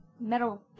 metal